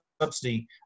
subsidy